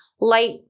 light